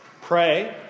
Pray